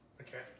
Okay